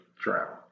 Travel